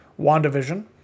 WandaVision